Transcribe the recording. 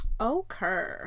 Okay